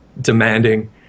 demanding